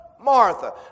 Martha